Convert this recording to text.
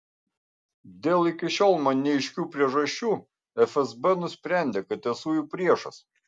dėl iki šiol man neaiškių priežasčių fsb nusprendė kad esu jų priešas